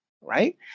right